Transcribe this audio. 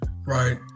right